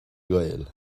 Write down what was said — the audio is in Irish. gael